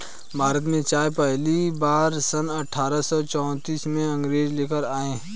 भारत में चाय पहली बार सन अठारह सौ चौतीस में अंग्रेज लेकर आए